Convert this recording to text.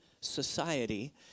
society